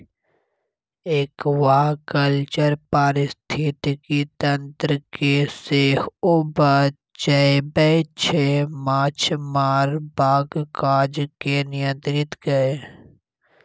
aquaculture पारिस्थितिकी तंत्र केँ सेहो बचाबै छै माछ मारबाक काज केँ नियंत्रित कए